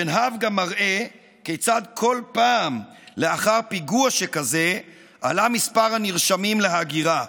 שנהב גם מראה כיצד כל פעם לאחר פיגוע שכזה עלה מספר הנרשמים להגירה,